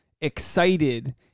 excited